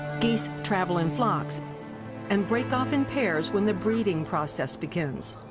geese travel in flocks and break off in pairs when the breeding process begins.